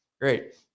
great